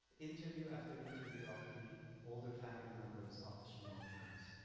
interview after interview of the older family members of the shnorhokians,